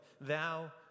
thou